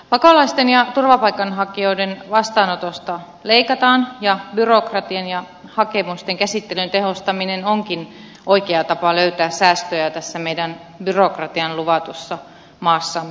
pakolaisten ja turvapaikanhakijoiden vastaanotosta leikataan ja byrokratian ja hakemusten käsittelyn tehostaminen onkin oikea tapa löytää säästöjä tässä meidän byrokratian luvatussa maassamme